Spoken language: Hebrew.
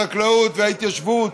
החקלאות וההתיישבות,